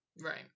Right